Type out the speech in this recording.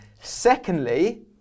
Secondly